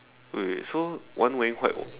wait wait wait so one wearing white